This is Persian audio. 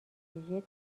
تکنولوژی